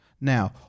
Now